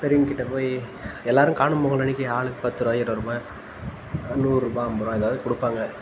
பெரியவங்கள் கிட்டே போய் எல்லாேரும் காணும் பொங்கல் அன்றைக்கு ஆளுக்கு பத்து ருபா இருவதுருபா நூறுரூபா ஐம்பது ருபாய் ஏதவாது கொடுப்பாங்க